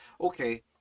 okay